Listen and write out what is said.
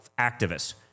activists